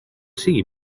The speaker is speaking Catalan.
sigui